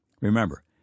Remember